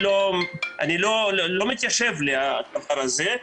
לא מתיישב לי הדבר הזה.